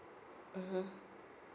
mmhmm